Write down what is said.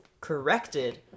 corrected